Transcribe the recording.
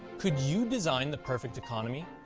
could you design the perfect economy?